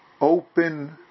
open